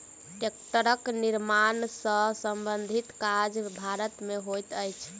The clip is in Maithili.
टेक्टरक निर्माण सॅ संबंधित काज भारत मे होइत अछि